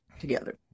together